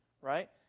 right